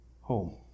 home